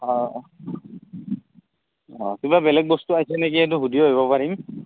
অ' অ' কিবা বেলেগ বস্তু আহিছে নেকি সেইটো সুধিও আহিব পাৰিম